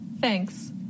thanks